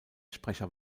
sprecher